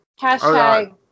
Hashtag